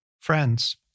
friends